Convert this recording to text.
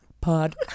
Pod